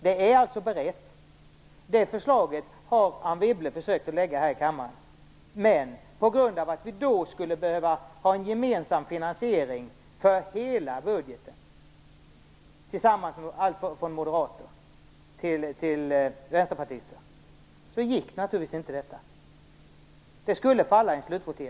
Det är alltså berett. Det förslaget har Anne Wibble försökt att lägga fram här i kammaren. Men på grund av att vi då skulle behöva ha en gemensam finansiering för hela budgeten allt från moderaterna till vänsterpartister gick naturligtvis inte detta. Det skulle falla i en slutvotering.